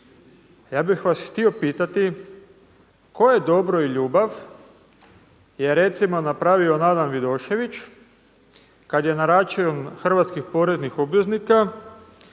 ja bih vas htio pitati koje dobro i ljubav je recimo napravio Nadan Vidošević kada je na račun hrvatskih poreznih obveznika